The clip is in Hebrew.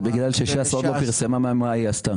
זה בגלל שש"ס עוד לא פרסמה ואמרה מה היא עשתה.